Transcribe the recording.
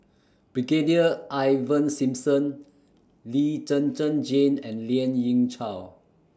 Brigadier Ivan Simson Lee Zhen Zhen Jane and Lien Ying Chow